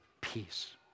peace